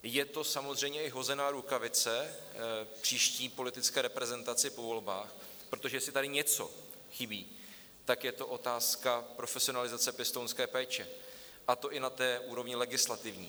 Je to samozřejmě i hozená rukavice příští politické reprezentaci po volbách, protože jestli tady něco chybí, tak je to otázka profesionalizace pěstounské péče, a to i na úrovni legislativní.